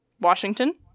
Washington